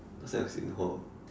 he was like in hall